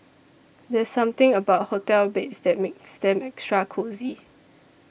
there's something about hotel beds that makes them extra cosy